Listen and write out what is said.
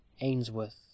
Ainsworth